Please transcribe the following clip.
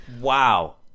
Wow